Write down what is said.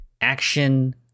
action